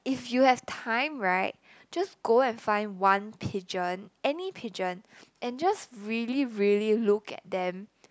if you have time right just go and find one pigeon any pigeon and just really really look at them